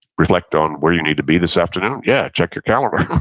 reflect on where you need to be this afternoon, yeah, check your calendar.